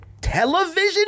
television